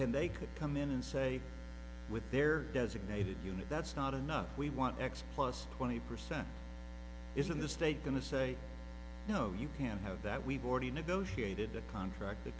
then they could come in and say with their designated unit that's not enough we want x plus twenty percent isn't the state going to say no you can't have that we've already negotiated a contract